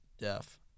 deaf